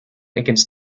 against